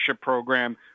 program